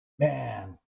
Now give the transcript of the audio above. Man